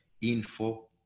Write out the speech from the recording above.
info